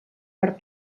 per